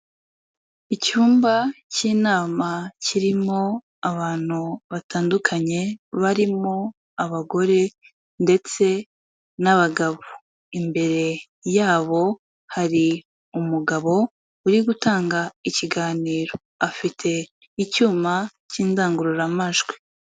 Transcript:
Icyumba k'inama kirimo abantu batandukanye barimo abagore ndetse n'abagabo, imbere yabo hari umugabo uri gutanga ikiganiro, afite icyuma k'indangururamajwi.